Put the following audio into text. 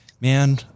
man